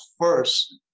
first